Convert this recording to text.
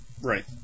Right